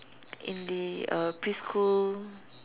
in the uh preschool